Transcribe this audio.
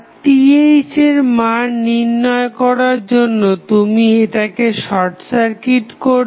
Rth নির্ণয় করার জন্য তুমি এটাকে শর্ট সার্কিট করবে